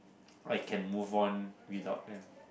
I can move on without them